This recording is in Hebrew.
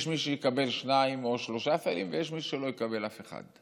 יש מי שיקבל שניים או שלושה סלים ויש מי שלא יקבל אף אחד.